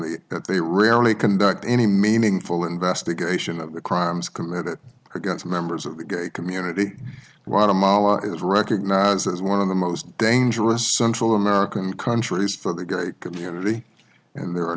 that they rarely conduct any meaningful investigation of the crimes committed against members of the gay community right amala is recognized as one of the most dangerous central american countries for the gay community and there are